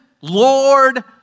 Lord